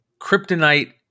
kryptonite